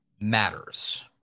matters